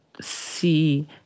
see